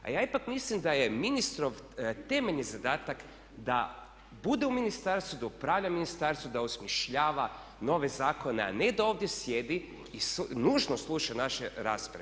A ja ipak mislim da je ministrov temeljni zadatak da bude u ministarstvu da upravlja ministarstvom da osmišljava nove zakone, a ne da ovdje sjedi i nužno sluša naše rasprave.